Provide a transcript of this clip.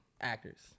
actors